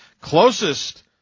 closest